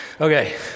okay